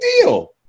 deal